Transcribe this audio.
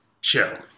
show